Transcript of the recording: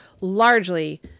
largely